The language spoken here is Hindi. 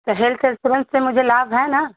तो हेल्थ इन्सुरेंस से मुझे लाभ है न